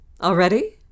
Already